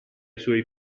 suoi